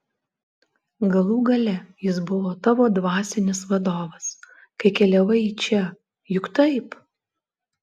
galų gale jis buvo tavo dvasinis vadovas kai keliavai į čia juk taip